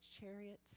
chariots